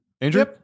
Andrew